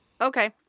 Okay